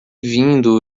vindo